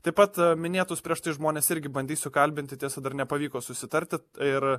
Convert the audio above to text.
taip pat minėtus prieš tai žmonės irgi bandysiu kalbinti tiesa dar nepavyko susitarti ir